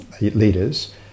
leaders